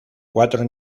cuatro